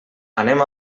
anem